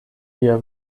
lia